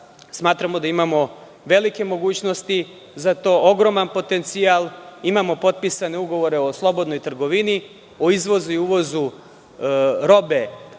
Smatramo da imamo velike mogućnosti za to, ogroman potencijal. Imamo potpisane ugovore o slobodnoj trgovini, o izvozu i uvozu robe